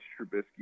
Trubisky